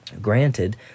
granted